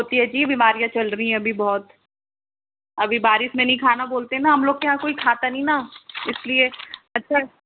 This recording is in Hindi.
होती है जी बीमारियाँ चल रही है अभी बहुत अभी बारिश में नहीं खाना बोलते हैं ना हम लोग के यहाँ कोई खाता नहीं ना इसलिए अच्छा